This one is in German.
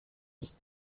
ist